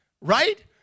right